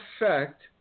effect